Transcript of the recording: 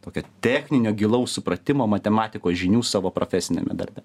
tokio techninio gilaus supratimo matematikos žinių savo profesiniame darbe